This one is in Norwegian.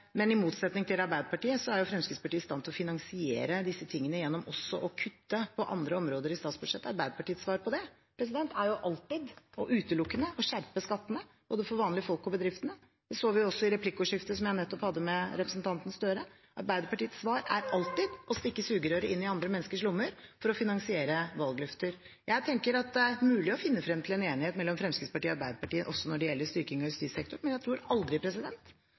Men i motsetning til Arbeiderpartiet er Fremskrittspartiet i stand til å finansiere disse tingene ved også å kutte på andre områder i statsbudsjettet. Arbeiderpartiets svar på det er alltid og utelukkende å skjerpe skattene for både vanlige folk og bedriftene. Det hørte vi også i replikkordskiftet som jeg nettopp hadde med representanten Gahr Støre – Arbeiderpartiets svar er alltid å stikke sugerøret ned i andre menneskers lommer for å finansiere valgløfter. Jeg tenker det er mulig å finne frem til en enighet mellom Fremskrittspartiet og Arbeiderpartiet også når det gjelder styrking av justissektoren, men jeg tror aldri